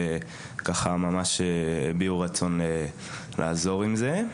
וממש הביעו רצון לעזור עם זה.